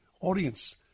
audience